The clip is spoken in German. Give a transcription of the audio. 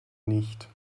nicht